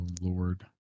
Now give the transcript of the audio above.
Lord